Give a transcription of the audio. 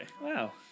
Wow